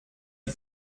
die